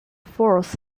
fourth